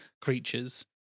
creatures